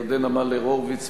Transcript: ירדנה מלר-הורוביץ,